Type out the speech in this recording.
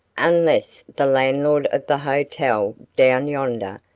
unless the landlord of the hotel down yonder,